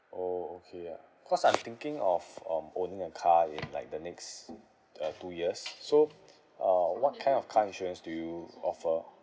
orh okay ah cause I'm thinking of um owning a car in like the next uh two years so uh what kind of car insurance do you offer